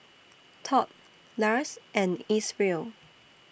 Tod Lars and Isreal